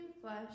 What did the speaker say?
flesh